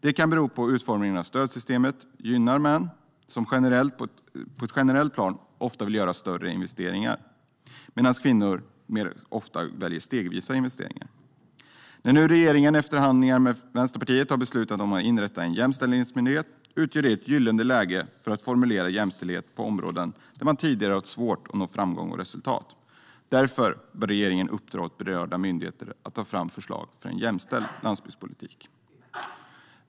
Det kan bero på att utformningen av stödsystemet gynnar män, som på ett generellt plan ofta vill göra större investeringar medan kvinnor ofta väljer stegvisa investeringar. När nu regeringen efter förhandlingar med Vänsterpartiet beslutat sig för att inrätta en jämställdhetsmyndighet utgör det ett gyllene läge att formulera jämställdhet på områden där man tidigare haft svårt att nå framgång och resultat. Därför bör regeringen uppdra åt berörda myndigheter att ta fram förslag för en jämställd landsbygdspolitik.